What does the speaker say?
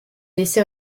laissé